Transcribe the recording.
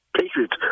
Patriots